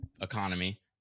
economy